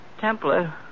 Templar